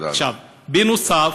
בנוסף,